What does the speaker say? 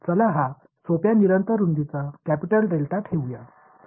எளிமையான நிலையான அகல கேப்பிடல் டெல்டாவை வைத்திருப்போம்